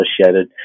associated